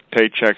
paycheck